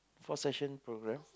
four session program